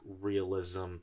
realism